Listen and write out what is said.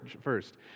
first